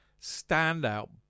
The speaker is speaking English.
standout